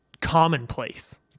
commonplace